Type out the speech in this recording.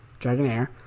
Dragonair